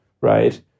right